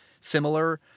similar